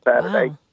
Saturday